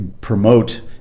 promote